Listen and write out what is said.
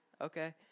Okay